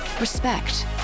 respect